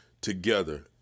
together